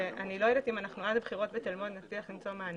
ואני לא יודעת אם עד הבחירות בתל מונד נצליח למצוא מענה.